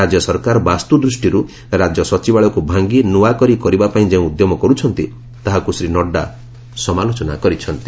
ରାଜ୍ୟ ସରକାର ବାସ୍କୁ ଦୃଷ୍ଟିରୁ ରାଜ୍ୟ ସଚିବାଳୟକୁ ଭାଙ୍ଗି ନୂଆ କରି କରିବା ପାଇଁ ଯେଉଁ ଉଦ୍ୟମ କରୁଛନ୍ତି ତାହାକୁ ଶ୍ରୀ ନଡ୍ଡା ସମାଲୋଚନା କରିଛନ୍ତି